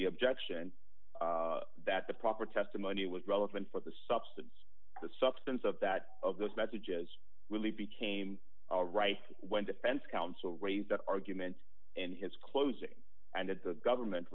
the objection that the proper testimony was relevant for the substance the substance of that of those messages really became all right when defense counsel raised the argument and his closing and the government